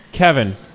Kevin